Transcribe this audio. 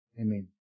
Amen